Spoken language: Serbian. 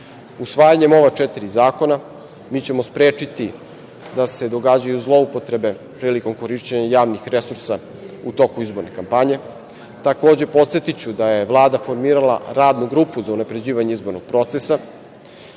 ova četiri zakona mi ćemo sprečiti da se događaju zloupotrebe prilikom korišćenja javnih resursa u toku izborne kampanje, takođe, podsetiću da je Vlada formirala radnu grupu za unapređivanje izbornog procesa,